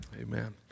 Amen